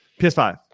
ps5